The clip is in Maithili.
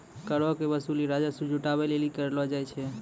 करो के वसूली राजस्व जुटाबै लेली करलो जाय छै